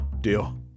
Deal